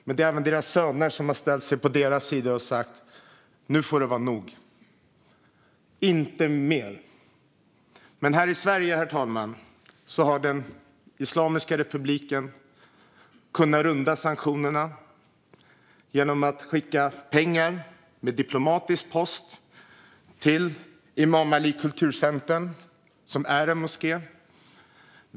Men det är även deras söner som har ställt sig på deras och sagt: Nu får det vara nog! Inte mer! Men här i Sverige, herr talman, har Islamiska republiken kunnat runda sanktionerna genom att skicka pengar med diplomatpost till Imam Ali kulturcenter, som är en moské.